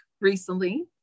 recently